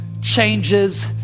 changes